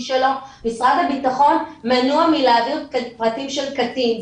שלו משרד הבטחון מנוע מלהעביר פרטים של קטין.